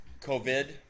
covid